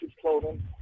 clothing